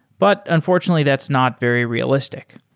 but unfortunately that's not very realistic.